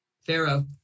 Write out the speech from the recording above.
Pharaoh